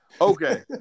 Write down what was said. Okay